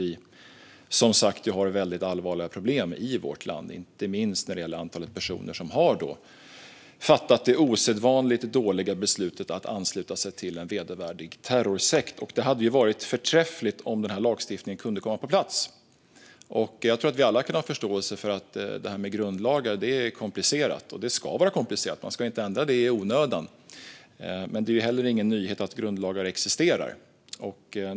Vi har som sagt väldigt allvarliga problem i vårt land, inte minst när det gäller antalet personer som har fattat det osedvanligt dåliga beslutet att ansluta sig till en vedervärdig terrorsekt. Det hade varit förträffligt om denna lagstiftning kunde komma på plats. Jag tror att vi alla kan ha förståelse för att detta med grundlagar är komplicerat. Det ska också vara komplicerat - man ska inte ändra det i onödan. Men det är heller ingen nyhet att grundlagar existerar.